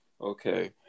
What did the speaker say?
Okay